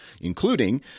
including